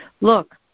look